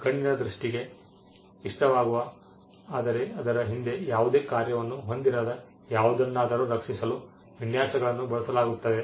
ಕಣ್ಣಿನ್ ದೃಷ್ಟಿಗೆ ಇಷ್ಟವಾಗುವ ಆದರೆ ಅದರ ಹಿಂದೆ ಯಾವುದೇ ಕಾರ್ಯವನ್ನು ಹೊಂದಿರದ ಯಾವುದನ್ನಾದರೂ ರಕ್ಷಿಸಲು ವಿನ್ಯಾಸಗಳನ್ನು ಬಳಸಲಾಗುತ್ತದೆ